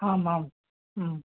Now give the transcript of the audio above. आम् आं